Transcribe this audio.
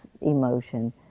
emotion